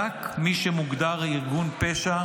רק מי שמוגדר ארגון פשע,